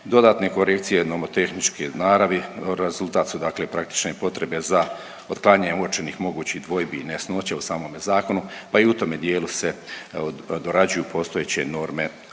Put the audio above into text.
Dodatne korekcije nomotehničke naravi rezultat su, dakle, praktične potrebe za otklanjanje uočenih mogućih dvojbi i nejasnoća u samome zakonu pa i u tome dijelu se dorađuju postojeće norme